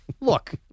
look